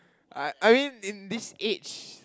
I I mean in this age